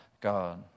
God